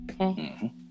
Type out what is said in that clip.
Okay